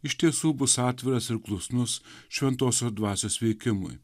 iš tiesų bus atviras ir klusnus šventosios dvasios veikimui